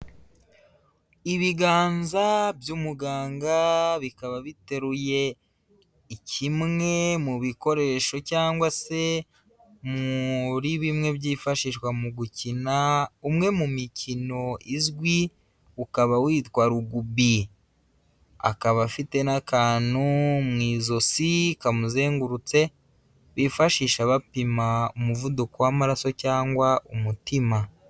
Ibiganza by'umuganga bikaba biteruye, kimwe mu bikoresho cyangwa se muri bimwe byifashishwa mu gukina umwe mu mikino izwi ukaba witwa rugubi, akaba afite n'akantu mu ijosi kamuzengurutse, bifashisha bapima umuvuduko w'amaraso cyangwa umutima.